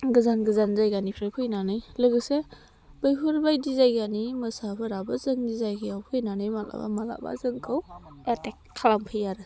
गोजान गोजान जायगानिफ्राय फैनानै लोगोसे बैफोरबायदि जायगानि मोसाफोराबो जोंनि जायगायाव फैनानै जोंखौ एथाक खालामफैयो आरो